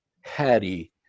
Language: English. Hattie